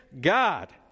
God